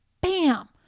bam